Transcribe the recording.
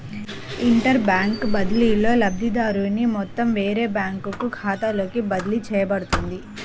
inter bank బదిలీలో, లబ్ధిదారుని మొత్తం వేరే బ్యాంకు ఖాతాలోకి బదిలీ చేయబడుతుంది